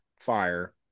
fire